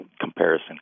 comparison